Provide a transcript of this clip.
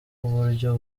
uburyo